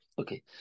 Okay